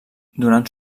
donant